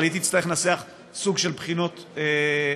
אבל היא תצטרך לנסח סוג של בחינות אחידות,